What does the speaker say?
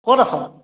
ক'ত আছ